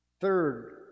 Third